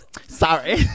Sorry